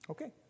Okay